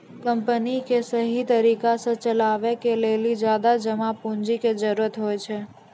company क सहि तरिका सह चलावे के लेलो ज्यादा जमा पुन्जी के जरुरत होइ छै